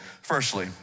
firstly